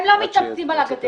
הם לא מתאמצים על הגדר.